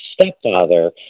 stepfather